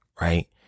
right